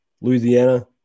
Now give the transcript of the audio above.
Louisiana